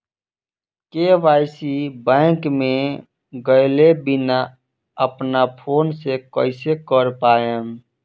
KYC bank मे गएले बिना अपना फोन से कइसे कर पाएम?